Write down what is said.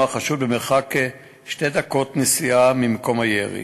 החשוד במרחק שתי דקות נסיעה ממקום הירי.